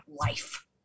life